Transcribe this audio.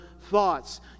thoughts